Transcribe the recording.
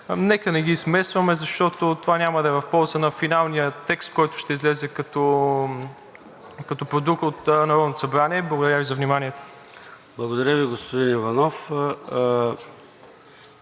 нека не ги смесваме, защото това няма да е в полза на финалния текст, който ще излезе като продукт от Народното събрание. Благодаря Ви за вниманието. ПРЕДСЕДАТЕЛ ЙОРДАН ЦОНЕВ: Благодаря Ви, господин Иванов.